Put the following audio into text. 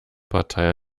partei